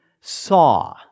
saw